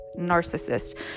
narcissist